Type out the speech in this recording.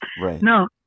No